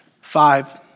Five